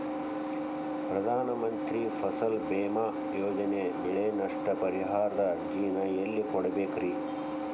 ಪ್ರಧಾನ ಮಂತ್ರಿ ಫಸಲ್ ಭೇಮಾ ಯೋಜನೆ ಬೆಳೆ ನಷ್ಟ ಪರಿಹಾರದ ಅರ್ಜಿನ ಎಲ್ಲೆ ಕೊಡ್ಬೇಕ್ರಿ?